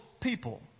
people